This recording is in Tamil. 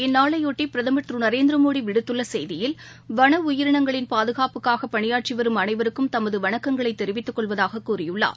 இந்நாளைபொட்டி பிரதமர் திரு நரேந்திரமோடி விடுத்துள்ள செய்தியில் வன உயிரினங்களின் பாதுகாப்புக்காக பணியாற்றி வரும் அனைவருக்கும் தமது வணக்கங்களை தெரிவித்துக் கொள்வதாகக் கூறியுள்ளார்